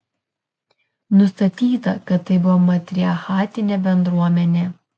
nustatyta kad tai buvo matriarchatinė bendruomenė